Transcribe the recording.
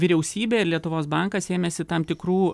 vyriausybė ir lietuvos bankas ėmėsi tam tikrų